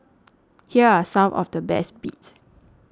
here are some of the best bits